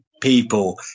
people